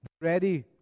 Ready